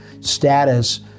status